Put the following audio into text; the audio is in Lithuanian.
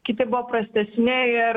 kiti buvo paprastesni ir